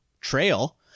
trail